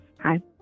Hi